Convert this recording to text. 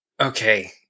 Okay